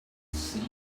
seen